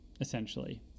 essentially